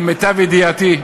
למיטב ידיעתי,